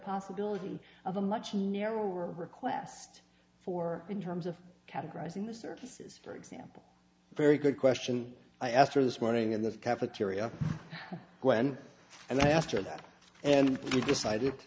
possibility of a much he will request for in terms of categorizing the services for example a very good question i asked her this morning in the cafeteria when and then after that and you decided